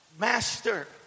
Master